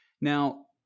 Now